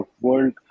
world